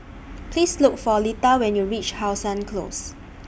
Please Look For Leta when YOU REACH How Sun Close